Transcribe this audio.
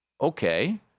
Okay